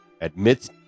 admits